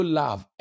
love